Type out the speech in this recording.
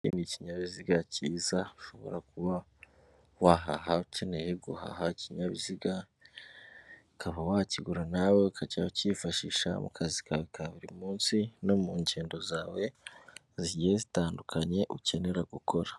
Iki ni ikinyabiziga cyiza ushobora kuba wahaha ukeneye guhaha ikinyabiziga ukaba wakigura nawe ukajyakifashisha mu kazi kawe ka buri munsi no mu ngendo zawe zigiye zitandukanye ukenera gukora.